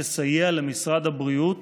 משרד הבריאות